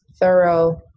thorough